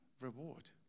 reward